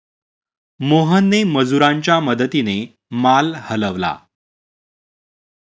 मोहनने मजुरांच्या मदतीने माल हलवला